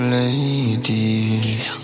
Ladies